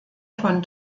von